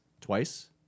twice